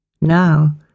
now